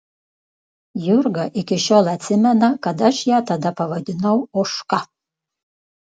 jurga iki šiol atsimena kad aš ją tada pavadinau ožka